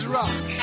rock